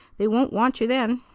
they won't want you then.